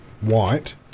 white